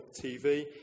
TV